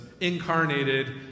incarnated